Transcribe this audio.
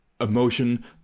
emotion